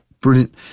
Brilliant